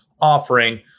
offering